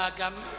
גם מליאה.